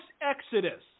exodus